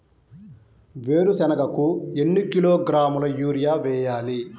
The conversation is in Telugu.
వేరుశనగకు ఎన్ని కిలోగ్రాముల యూరియా వేయాలి?